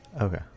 Okay